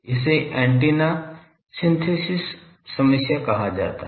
इसे antenna synthesis समस्या कहा जाता है